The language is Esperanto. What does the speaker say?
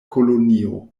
kolonio